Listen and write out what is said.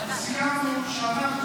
סיכמנו שאנחנו,